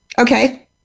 Okay